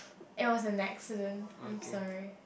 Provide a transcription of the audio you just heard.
it was an accident I am sorry